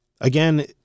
again